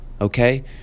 Okay